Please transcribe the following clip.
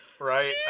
Right